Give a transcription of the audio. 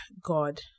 god